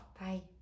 Bye